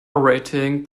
rating